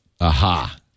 Aha